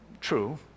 True